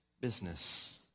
business